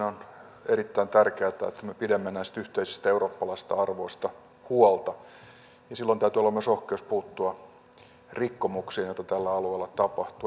on erittäin tärkeää että me pidämme näistä yhteisistä eurooppalaisista arvoista huolta ja silloin täytyy olla myös rohkeus puuttua rikkomuksiin joita tällä alueella tapahtuu